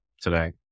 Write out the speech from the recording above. today